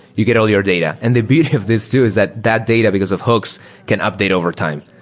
you get all your data. and the beauty of this too is that that data because of hooks can update over time.